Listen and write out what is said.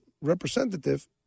representative